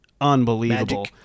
unbelievable